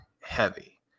heavy